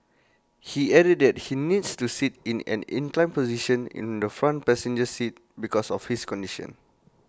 he added that he needs to sit in an inclined position in the front passenger seat because of his condition